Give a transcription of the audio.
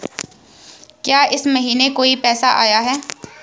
क्या इस महीने कोई पैसा आया है?